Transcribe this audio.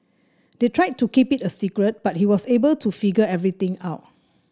they tried to keep it a secret but he was able to figure everything out